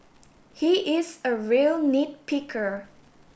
he is a real nit picker